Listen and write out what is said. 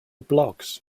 bloggs